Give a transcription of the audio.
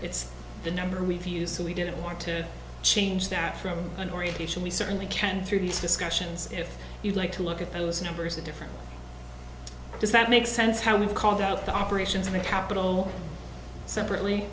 it's the number we've used so we didn't want to change that from an orientation we certainly can through these discussions if you'd like to look at those numbers the difference is that makes sense how we've called out the operations and capital separately